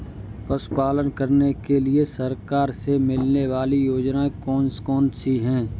पशु पालन करने के लिए सरकार से मिलने वाली योजनाएँ कौन कौन सी हैं?